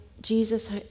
Jesus